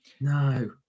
No